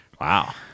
Wow